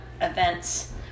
events